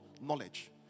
knowledge